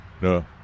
No